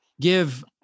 give